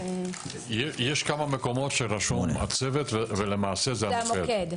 יש כמה מקומות שרשום "הצוות" ולמעשה זה המוקד.